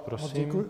Prosím.